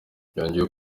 yongeyeho